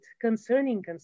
concerning